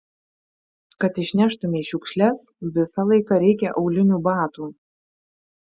kad išneštumei šiukšles visą laiką reikia aulinių batų